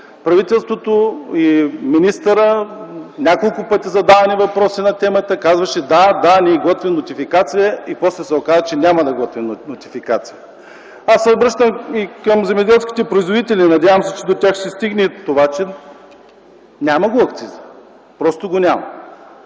правителството и министъра няколко пъти са задавани въпроси по темата – казваше: да, да, ние готвим нотификация. После се оказа, че няма да готвим нотификация. Аз се обръщам и към земеделските производители, надявам се, че това ще стигне до тях – няма го акциза, просто го няма.